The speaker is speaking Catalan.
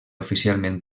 oficialment